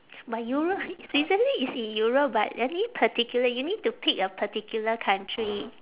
but europe switzerland is in europe but any particular you need to pick a particular country